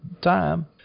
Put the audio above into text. time